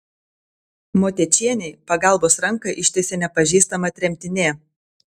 motiečienei pagalbos ranką ištiesė nepažįstama tremtinė